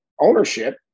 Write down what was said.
ownership